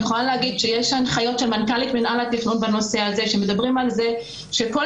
יש הנחיות של מנכ"לית מינהל התכנון בנושא הזה שמדברות על זה שבכל